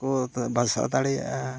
ᱠᱚ ᱵᱟᱥᱟ ᱫᱟᱲᱮᱭᱟᱜᱼᱟ